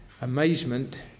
amazement